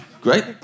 great